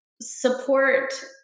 support